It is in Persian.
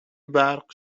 برق